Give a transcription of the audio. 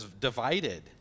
divided